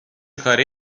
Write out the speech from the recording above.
کاره